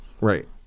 Right